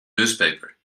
newspaper